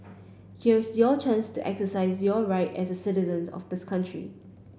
here's your chance to exercise your right as citizens of this country